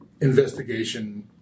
investigation